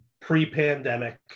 pre-pandemic